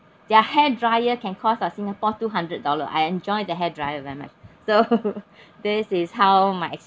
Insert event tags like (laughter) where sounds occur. their hair dryer can cost uh singapore two hundred dollar I enjoyed the hair dryer very much so (laughs) this is how my